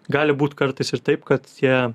gali būt kartais ir taip kad tie